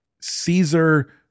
caesar